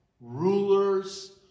rulers